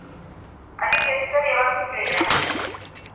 ᱟᱹᱞᱤᱧ ᱜᱮ ᱥᱩᱥᱟᱹᱨᱤᱭᱟᱹ ᱵᱟᱹᱵᱤᱱ ᱴᱷᱤᱠᱟᱹᱭᱮᱫᱼᱟ